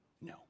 No